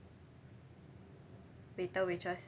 later waitress